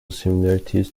similarities